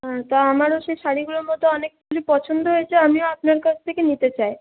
হ্যাঁ তা আমারও সেই শাড়িগুলোর মধ্যে অনেকগুলি পছন্দ হয়েছে আমিও আপনার কাছ থেকে নিতে চাই